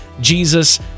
Jesus